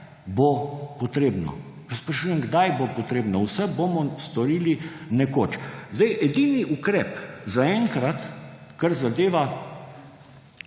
bo potrebno? Sprašujem, kdaj bo potrebno. Vse bomo storili nekoč. Edini ukrep zaenkrat, kar zadeva